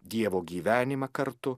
dievo gyvenimą kartu